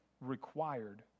required